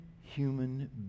human